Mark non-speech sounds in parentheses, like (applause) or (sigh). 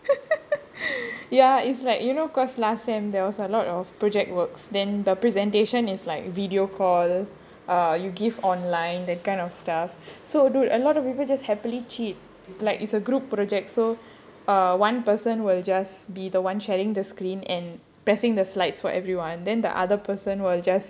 (laughs) ya it's like you know because last semesster there was a lot of project works then the presentation is like video call err you give online that kind of stuff so dude a lot of people just happily cheat like it's a group project so err one person will just be the one sharing the screen and pressing the slides for everyone then the other person will just